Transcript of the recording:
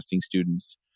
students